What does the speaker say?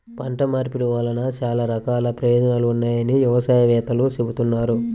పంట మార్పిడి వలన చాలా రకాల ప్రయోజనాలు ఉన్నాయని వ్యవసాయ వేత్తలు చెబుతున్నారు